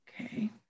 Okay